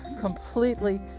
completely